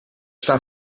staan